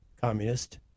communist